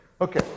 Okay